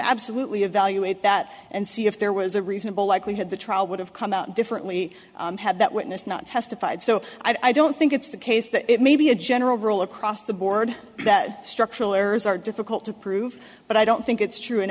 absolutely evaluate that and see if there was a reasonable likelihood the trial would have come out differently had that witness not testified so i don't think it's the case that it may be a general rule across the board that structural errors are difficult to prove but i don't think it's true in